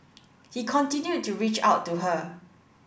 he continued to reach out to her